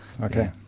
Okay